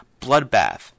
bloodbath